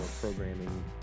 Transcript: programming